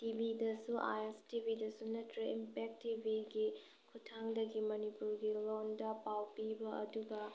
ꯇꯤꯚꯤꯗꯁꯨ I S ꯇꯤꯚꯤꯗꯁꯨ ꯅꯠꯇ꯭ꯔꯒ impact ꯇꯤꯕꯤꯒꯤ ꯈꯨꯠꯊꯥꯡꯗꯒꯤ ꯃꯅꯤꯄꯨꯔꯒꯤ ꯂꯣꯟꯗ ꯄꯥꯎ ꯄꯤꯕ ꯑꯗꯨꯒ